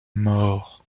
mort